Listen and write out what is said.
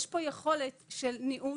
יש פה יכולת של ניעות,